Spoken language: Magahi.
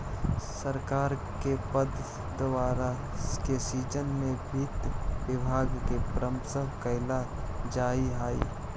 सरकार के द्वारा पद के सृजन में भी वित्त विभाग से परामर्श कैल जा हइ